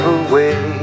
away